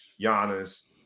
Giannis